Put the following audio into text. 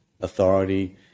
authority